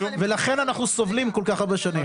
ולכן אנחנו סובלים כל כך הרבה שנים.